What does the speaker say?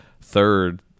third